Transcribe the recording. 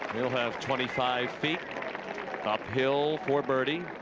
he will have twenty-five feet up hill for birdie.